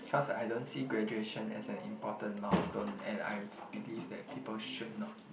because I don't see graduation as an important milestone and I believe that people should not